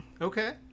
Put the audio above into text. Okay